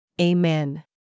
Amen